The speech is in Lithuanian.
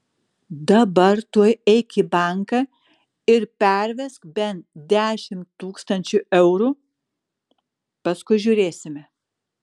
dabar tuoj eik į banką ir pervesk bent dešimt tūkstančių eurų paskui žiūrėsime